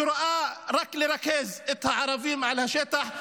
שרואה רק איך לרכז את הערבים על השטח,